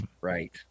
Right